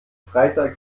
freitags